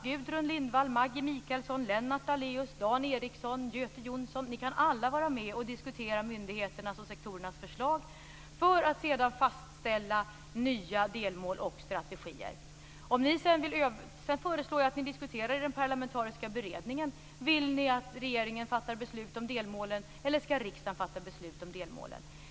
Gudrun Lindvall, Maggi Mikaelsson, Lennart Daléus, Dan Ericsson och Göte Jonsson, alla kan ni vara med och diskutera myndigheternas och sektorernas förslag. Sedan skall nya delmål och strategier fastställas. Jag föreslår att ni diskuterar i den parlamentariska beredningen om ni vill att regeringen skall fatta beslut om delmålen. Eller skall riksdagen fatta beslut om delmålen?